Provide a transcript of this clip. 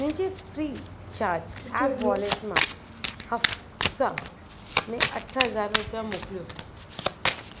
मुंहिंजे FreeCharge app wallet मां हफ़्सा में अठ हज़ार रुपया मोकिलियो